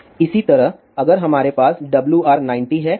इसी तरह अगर हमारे पास WR90 है तो 009 "होगा